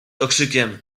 okrzykiem